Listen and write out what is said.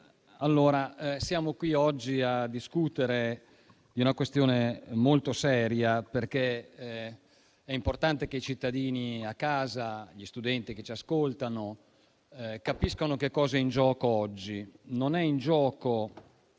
colleghi, siamo qui oggi a discutere di una questione molto seria, perché è importante che i cittadini a casa e gli studenti che ci ascoltano capiscano cosa c'è in gioco oggi: non è in gioco